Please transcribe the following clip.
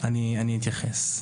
אני אתייחס.